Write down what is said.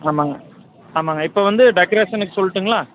ஆமாங்க ஆமாங்க இப்போ வந்து டெக்கரேஷனுக்கு சொல்லட்டுங்களா